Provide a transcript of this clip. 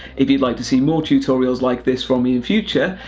if you'd like to see more tutorials like this from me in future,